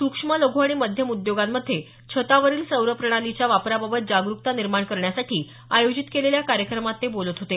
सुक्ष्म लघू आणि मध्यम उद्योगांमध्ये छतावरील सौर प्रणालीच्या वापराबाबत जागरुकता निर्माण करण्यासाठी आयोजित केलेल्या कार्यक्रमात ते बोलत होते